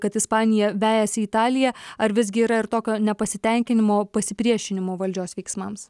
kad ispanija vejasi italiją ar visgi yra ir tokio nepasitenkinimo pasipriešinimo valdžios veiksmams